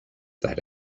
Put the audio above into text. that